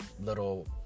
little